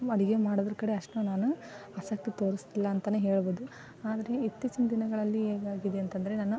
ಅಡುಗೆ ಮಾಡೋದ್ರ ಕಡೆ ಅಷ್ಟು ನಾನು ಆಸಕ್ತಿ ತೋರಿಸ್ಲಿಲ್ಲ ಅಂತಲೇ ಹೇಳ್ಬೋದು ಆದರೆ ಇತ್ತೀಚಿನ ದಿನಗಳಲ್ಲಿ ಹೇಗಾಗಿದೆ ಅಂತ ಅಂದ್ರೆ ನಾನು